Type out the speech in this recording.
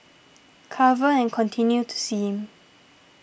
cover and continue to steam